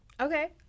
Okay